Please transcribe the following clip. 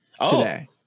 today